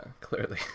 clearly